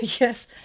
yes